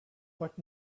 but